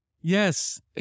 Yes